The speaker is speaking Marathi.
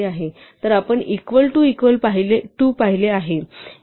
तर आपण इक्वल टू इक्वल टू पाहिले आहे